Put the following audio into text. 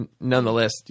Nonetheless